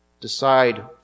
Decide